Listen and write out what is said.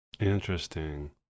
interesting